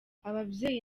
ababyeyi